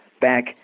back